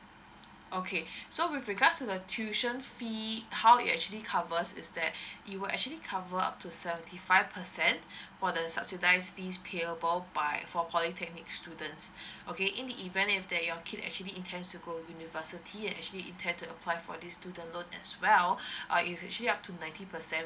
okay so with regards to the tuition fee how it actually covers is that it will actually cover up to seventy five percent for the subsidised fees payable by for polytechnic students okay in the event if that your kid actually intend to go university and actually intend to apply for this student loan as well err is actually up to ninety percent